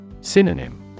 Synonym